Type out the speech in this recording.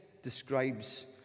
describes